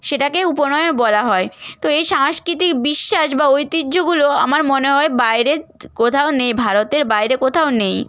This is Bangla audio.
সেটাকে উপনয়ন বলা হয় তো এই সাংস্কৃতিক বিশ্বাস বা ঐতিহ্যগুলো আমার মনে হয় বাইরের কোথাও নেই ভারতের বাইরে কোথাও নেই